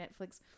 Netflix